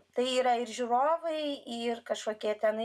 tai yra ir žiūrovai ir kažkokie tenai